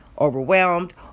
overwhelmed